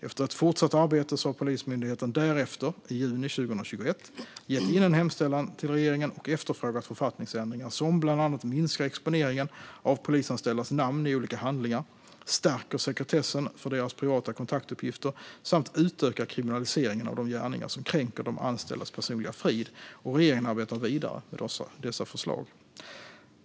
Efter ett fortsatt arbete har Polismyndigheten därefter, i juni 2021, gett in en hemställan till regeringen och efterfrågat författningsändringar som bland annat minskar exponeringen av polisanställdas namn i olika handlingar, stärker sekretessen för deras privata kontaktuppgifter samt utökar kriminaliseringen av gärningar som kränker de anställdas personliga frid. Regeringen arbetar vidare med dessa förslag.